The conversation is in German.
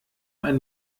ein